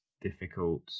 difficult